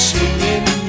Singing